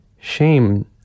Shame